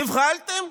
נבהלתם?